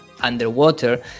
underwater